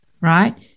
right